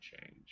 change